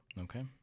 Okay